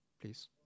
please